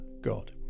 God